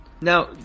Now